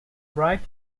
bright